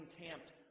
encamped